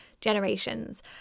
generations